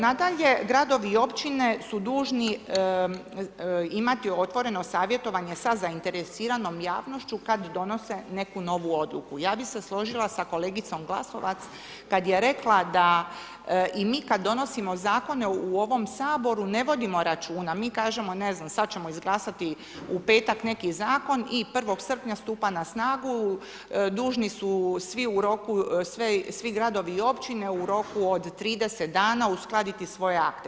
Nadalje, gradovi i općine su dužni imati otvoreno savjetovanje sa zainteresiranom javnošću kada donose neku novu odluku, ja bi se složila sa kolegicom Glasovac, kada je rekla da i mi kada donosimo zakone u ovom Saboru, ne vodimo računa, mi kažemo, ne znam, sada ćemo izglasati, u petak neki zakon i 1. srpnja stupa na snagu, dužni su svi u roku, svi gradovi i općine u roku od 30 dana uskladiti svoje akte.